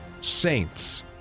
Saints